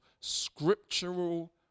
scriptural